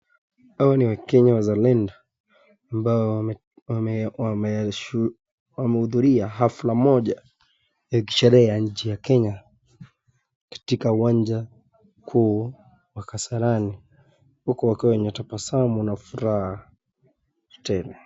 Hawa ni wakenya wazalendo ambao wamehuduruia hafla moja ya kishera ya nchi ya Kenya katika uwanja kuu wa Kasarani huku akiwa na tabasamu na furaha tele.